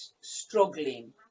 struggling